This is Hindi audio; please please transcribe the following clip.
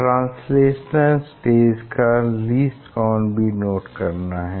ट्रांसलेशनल स्टेज का लीस्ट काउंट भी नोट करना है